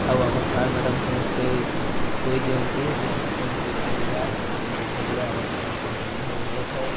ଆଉ ଆମ sir madam ସମସ୍ତେ କହି ଦିଅନ୍ତି ଯେ ଏମିତି ଏମିତି ଖେଳିବା ଏମିତି ଏମିତି ଖେଳିଲେ ଆମ ସମସ୍ତଙ୍କର ଦେହ ଭଲ ଥାଏ